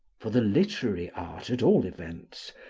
for the literary art, at all events,